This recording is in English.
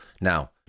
Now